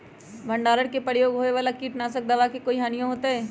भंडारण में प्रयोग होए वाला किट नाशक दवा से कोई हानियों होतै?